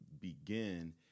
begin